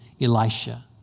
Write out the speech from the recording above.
Elisha